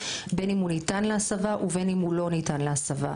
בין אם הוא ניתן להסבה ובין אם הוא לא ניתן להסבה,